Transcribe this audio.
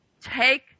Take